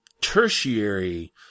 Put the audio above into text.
tertiary